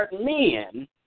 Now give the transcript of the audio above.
men